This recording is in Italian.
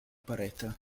parete